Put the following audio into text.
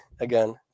again